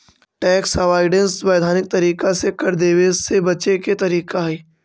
tax avoidance वैधानिक तरीका से कर देवे से बचे के तरीका हई